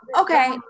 okay